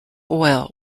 oil